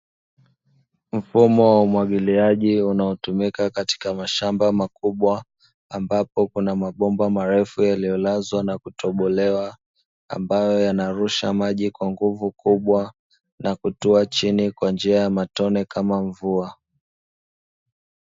Mfumo wa umwagiliaji unao tumika katika mashamba makubwa, ambapo kuna mabomba marefu yaliyolazwa na kutobolewa ambayo yanarusha maji kwa nguvu kubwa na kutua chini kwa njia ya matone kama mvua.